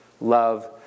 love